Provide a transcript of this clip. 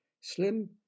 Slim